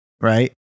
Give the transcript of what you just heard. right